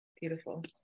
Beautiful